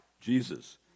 Jesus